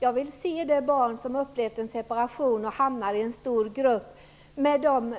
Jag skulle vilja se om det kan vara så mycket bättre för ett barn som upplevt en separation att hamna i en stor grupp, med de